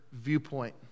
viewpoint